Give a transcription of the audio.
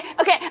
okay